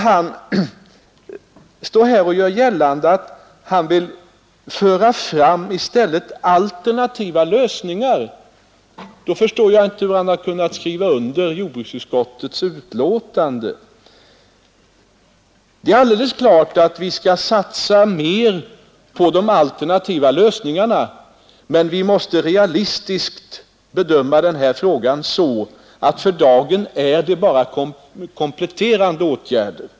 Han gör gällande att han vill föra fram alternativa lösningar. Då förstår jag inte hur han kunnat skriva under jordbruksutskottets betänkande. Det är alldeles klart att vi skall satsa mera på de alternativa lösningarna, men vi måste realistiskt bedöma den här frågan. För dagen gäller att sådana bara kan bli kompletterande åtgärder.